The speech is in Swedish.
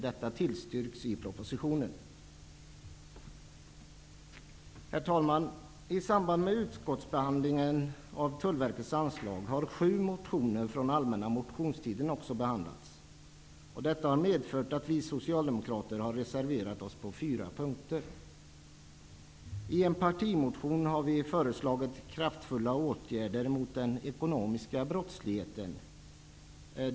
Detta tillstyrks i propositionen. Herr talman! I samband med utskottsbehandlingen av Tullverkets anslag har också sju motioner från den allmänna motionstiden behandlats. Detta har medfört att vi socialdemokrater reserverat oss på fyra punkter. I en partimotion föreslår vi kraftfulla åtgärder mot den ekonomiska brottsligheten.